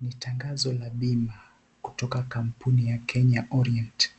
Nitangazo la bimba kutoka kampuni ya Kenya Orient